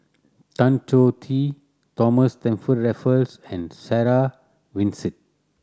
Tan Choh Tee Thomas Stamford Raffles and Sarah Winstedt